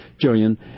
Julian